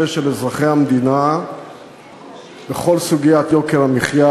של אזרחי המדינה ולכל סוגיית יוקר המחיה,